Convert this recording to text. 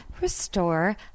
restore